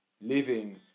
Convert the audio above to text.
living